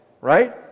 Right